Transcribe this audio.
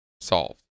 Solve